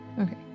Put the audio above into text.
Okay